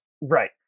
Right